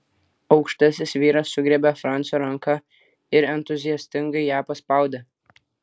aukštasis vyras sugriebė francio ranką ir entuziastingai ją paspaudė